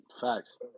facts